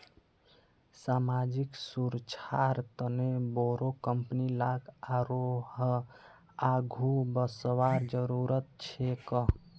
सामाजिक सुरक्षार तने बोरो कंपनी लाक आरोह आघु वसवार जरूरत छेक